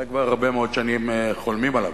אולי כבר הרבה מאוד שנים חולמים עליו,